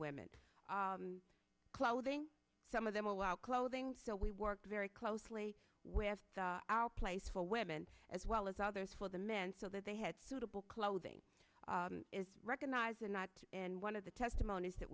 women clothing some of them allow clothing so we worked very closely with our place for women as well as others for the men so that they had suitable clothing is recognized and not in one of the testimonies that